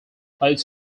plates